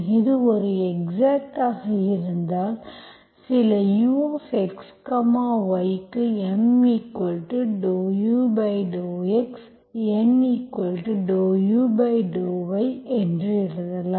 இது ஒரு எக்ஸாக்ட் ஆக இருந்தால் சில uxy க்கு M∂u∂x N∂u∂y என்று எழுதலாம்